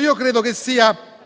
Io credo che sia